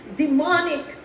demonic